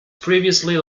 previously